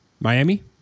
Miami